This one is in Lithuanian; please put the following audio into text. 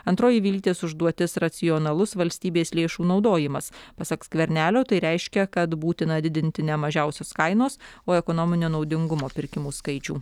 antroji vilytės užduotis racionalus valstybės lėšų naudojimas pasak skvernelio tai reiškia kad būtina didinti ne mažiausios kainos o ekonominio naudingumo pirkimų skaičių